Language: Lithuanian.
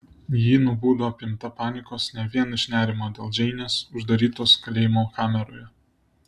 ji nubudo apimta panikos ne vien iš nerimo dėl džeinės uždarytos kalėjimo kameroje